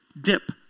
dip